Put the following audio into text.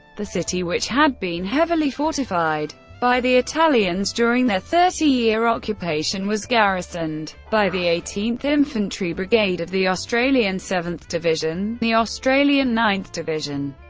the city, which had been heavily fortified by the italians during their thirty year occupation, was garrisoned by the eighteenth infantry brigade of the australian seventh division, the australian ninth division,